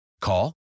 Call